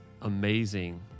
amazing